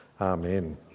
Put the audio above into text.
Amen